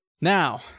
now